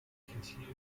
continued